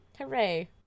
Hooray